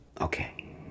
Okay